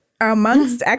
Amongst